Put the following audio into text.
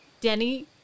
Denny